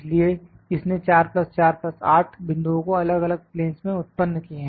इसलिए इसने 4 4 8 बिंदु दो अलग अलग प्लेंस में उत्पन्न किए